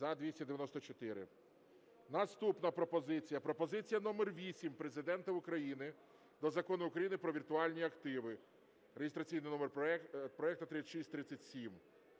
За-294 Наступна пропозиція номер 8 Президента України до Закону України "Про віртуальні активи" (реєстраційний номер проекту 3637).